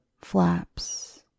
flaps